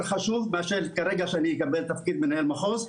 חשוב מאשר שאקבל כרגע תפקיד מנהל מחוז,